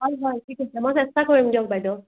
হয় হয় ঠিক আছে মই চেষ্টা কৰিম দিয়ক বাইদেউ